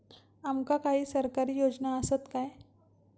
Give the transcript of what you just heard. आमका काही सरकारी योजना आसत काय?